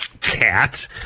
Cat